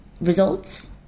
results